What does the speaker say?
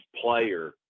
player